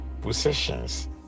possessions